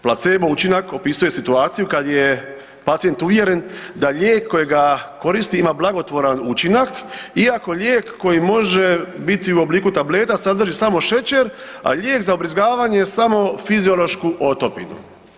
Placebo učinak opisuje situaciju kad je pacijent uvjeren da lijek kojega koristi ima blagotvoran učinak iako lijek koji može biti u obliku tableta, sadrži samo šećer a lijek za ubrizgavanje samo fiziološku otopinu.